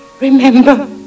remember